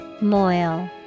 moil